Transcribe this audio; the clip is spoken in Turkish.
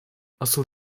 asıl